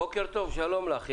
בוקר טוב, שלום לך.